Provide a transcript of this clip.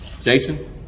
Jason